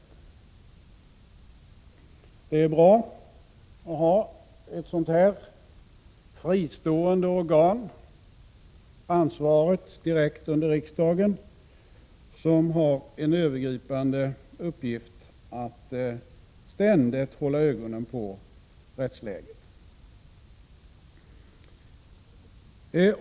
Det är bra att ha ett sådant fristående organ, ansvarigt direkt under riksdagen, som har en övergripande uppgift att ständigt hålla ögonen på rättsläget.